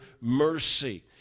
mercy